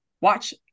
watch